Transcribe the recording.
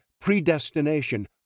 predestination